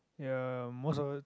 yah most of